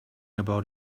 about